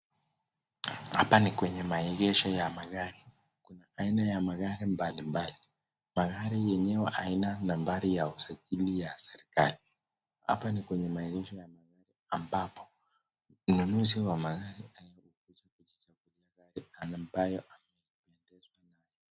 Hapa ni kwenye maegesho ya magari, kuna naina ya magari mbalimbali, magari yenyewe haina nambari ya usajili ya serikali, hapa ni kwenye maegesho ya magari ambapo ununuzi wa magari.